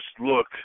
look